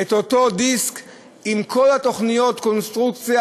את אותו דיסק עם כל התוכניות: קונסטרוקציה,